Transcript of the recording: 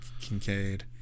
Kincaid